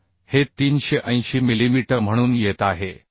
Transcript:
तर हे 380 मिलीमीटर म्हणून येत आहे